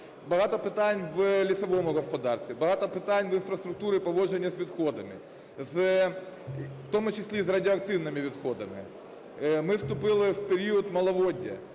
багато питань в лісовому господарстві, багато питань в інфраструктурі поводження з відходами, в тому числі з радіоактивними відходами. Ми вступили в період маловоддя.